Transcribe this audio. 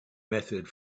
method